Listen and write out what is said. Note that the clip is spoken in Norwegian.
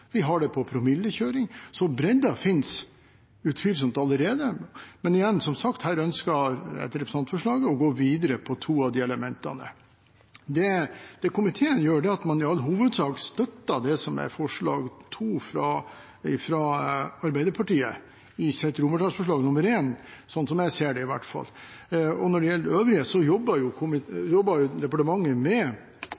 har det for promillekjøring – så bredden finnes utvilsomt allerede. Men som sagt, her ønsker et representantforslag å gå videre med to av de elementene. Komiteens tilråding til vedtak I i innstillingen er at man i all hovedsak støtter det som er forslag 2 fra Arbeiderpartiet – i hvert fall slik jeg ser det. Når det gjelder det øvrige, jobber departementet med en utvidelse av elektronisk kontroll. Det